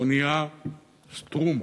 האונייה "סטרומה".